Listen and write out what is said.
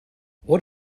what